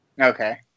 Okay